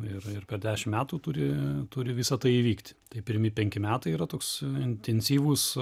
ir ir per dešim metų turi turi visa tai įvykti tai pirmi penki metai yra toks intensyvus